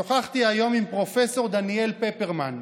שוחחתי היום עם פרופ' דניאל פפרמן,